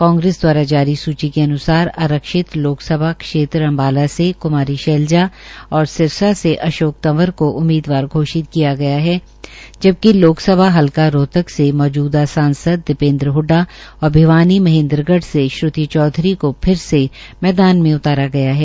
कांग्रेस दवारा जारी सूची के अनुसार आरक्षित लोकसभा क्षेत्र अम्बाला से कुमारी शैलजा और सिरसा से अशोक तंवर को उम्मीदवार घोषित किया गया है जबकि लोकसभा हल्का रोहतक से मौजूदा सांसद दीपेन्द्र हडडा और भिवानी से श्रृति चौधरी को फिर से मैदान मे उतारा गया है